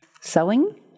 Sewing